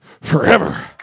forever